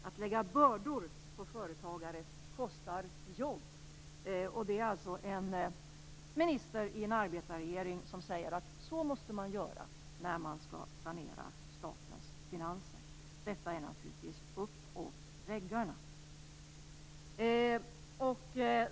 Att lägga bördor på företagare kostar jobb. Det är alltså en minister i en arbetarregering som säger att man måste göra det när man skall sanera statens finanser. Det är naturligtvis helt uppåt väggarna.